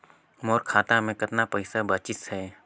मोर खाता मे कतना पइसा बाचिस हे?